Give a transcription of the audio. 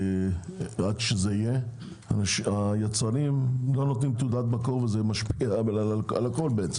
כי זה שהיצרנים לא נותנים תעודת מקור זה דבר שמשפיע על הכל.